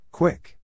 Quick